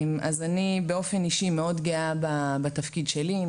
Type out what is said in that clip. אז אני באופן אישי מאוד גאה בתפקיד שלי,